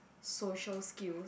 social skills